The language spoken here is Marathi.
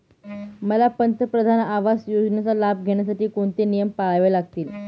मला पंतप्रधान आवास योजनेचा लाभ घेण्यासाठी कोणते नियम पाळावे लागतील?